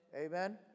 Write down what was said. Amen